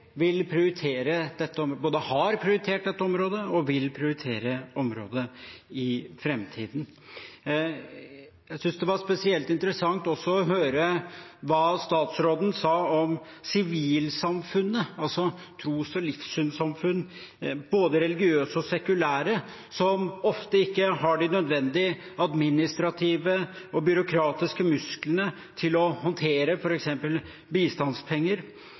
både har prioritert dette området og vil prioritere det i framtiden. Jeg synes det var spesielt interessant å høre hva statsråden sa om sivilt samfunn, altså tros- og livssynssamfunn, både religiøse og sekulære, som ofte ikke har de nødvendige administrative og byråkratiske musklene til å håndtere f.eks. bistandspenger,